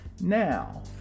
now